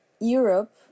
Europe